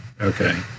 Okay